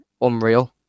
Unreal